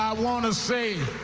um want to say